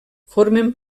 formen